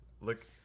Look